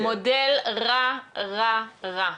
זה מודל רע, רע, רע.